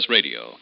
Radio